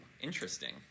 interesting